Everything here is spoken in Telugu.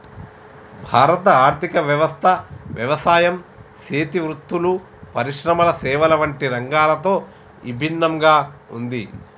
భారత ఆర్థిక వ్యవస్థ యవసాయం సేతి వృత్తులు, పరిశ్రమల సేవల వంటి రంగాలతో ఇభిన్నంగా ఉంది